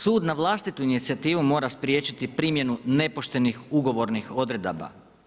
Sud na vlastitu inicijativu mora spriječiti primjenu nepoštenih ugovornih odredaba.